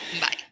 Bye